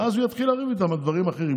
ואז הוא יתחיל לריב איתם על דברים אחרים,